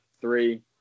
three